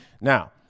Now